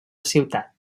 ciutat